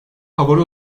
favori